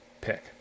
pick